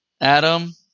Adam